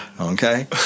okay